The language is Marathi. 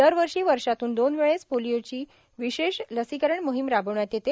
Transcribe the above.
दरवर्षी वर्षातून दोन वेळेस पोलीओची विशेष लसीकरण मोहीम राबविण्यात येते